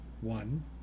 one